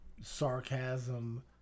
sarcasm